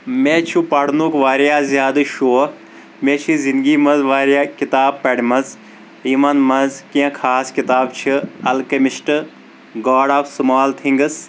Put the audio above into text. مےٚ چھُ پرنُک واریاہ زیادٕ شوق مےٚ چھِ زنٛدگی منٛز واریاہ زیادٕ کِتاب پرمژ یِمن منٛز کینٛہہ خاص کِتابہٕ چھِ Alchemist God of Small Things